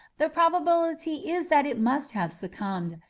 the probability is that it must have succumbed,